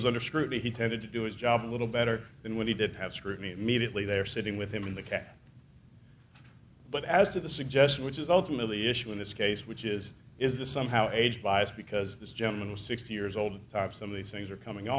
was under scrutiny he tended to do its job a little better than when he did have scrutiny immediately there sitting with him in the cab but as to the suggestion which is ultimately issue in this case which is is this somehow age biased because this gentleman was sixty years old tops some of these things are coming